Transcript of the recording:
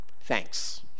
Thanks